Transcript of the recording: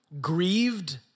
grieved